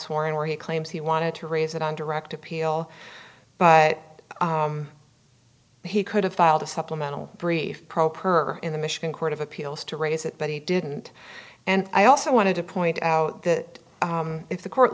in where he claims he wanted to raise it on direct appeal but he could have filed a supplemental brief pro per in the michigan court of appeals to raise it but he didn't and i also wanted to point out that if the court